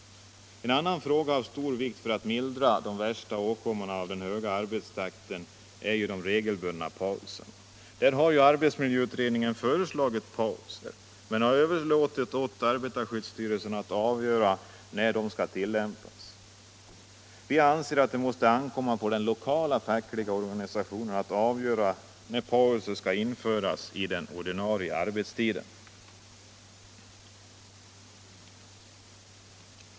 En annan fråga av stor vikt för att mildra de värsta åkommorna av den höga arbetstakten är de regelbundna pauserna. Arbetsmiljöutredningen har ju föreslagit pauser men överlåtit åt arbetarskyddsstyrelsen att avgöra när de skall tillämpas. Vi anser att det måste ankomma på den lokala fackliga organisationen att avgöra när pauser skall införas i den ordinarie arbetstiden.